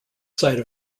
side